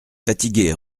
fatigué